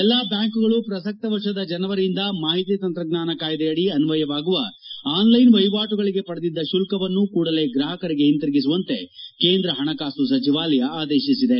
ಎಲ್ಲ ಬ್ಲಾಂಕುಗಳು ಪ್ರಸಕ್ತ ವರ್ಷದ ಜನವರಿಯಿಂದ ಮಾಹಿತಿ ತಂತ್ರಜ್ಞಾನ ಕಾಯ್ಲೆಯಡಿ ಅನ್ನಯವಾಗುವ ಆನ್ಲೈನ್ ವಹಿವಾಟುಗಳಿಗೆ ಪಡೆದಿದ್ದ ಶುಲ್ಲವನ್ನು ಕೂಡಲೇ ಗ್ರಾಹಕರಿಗೆ ಹಿಂದಿರುಗಿಸುವಂತೆ ಕೇಂದ್ರ ಹಣಕಾಸು ಸಚಿವಾಲಯ ಆದೇಶಿಸಿದೆ